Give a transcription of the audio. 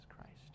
Christ